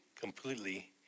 completely